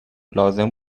لازم